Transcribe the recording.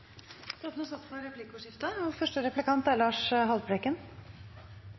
Det åpnes for replikkordskifte.